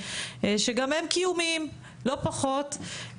שגם הם קיומיים לא פחות,